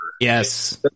Yes